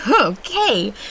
Okay